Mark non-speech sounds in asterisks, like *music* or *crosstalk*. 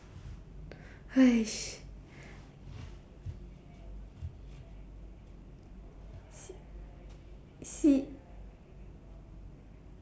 *noise*